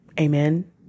Amen